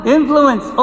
influence